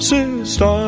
Sister